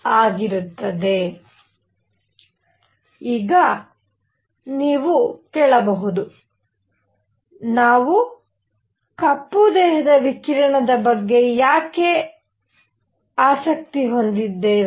ಈಗ ನೀವು ಕೇಳಬಹುದು ನಾವು ಕಪ್ಪು ದೇಹದ ವಿಕಿರಣದ ಬಗ್ಗೆ ಏಕೆ ಆಸಕ್ತಿ ಹೊಂದಿದ್ದೇವೆ